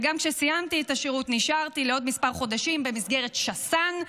וגם כשסיימתי את השירות נשארתי לעוד כמה חודשים במסגרת שס"ן,